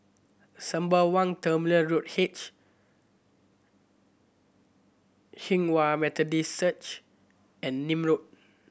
Sembawang Terminal Road H Hinghwa Methodist Search and Nim Road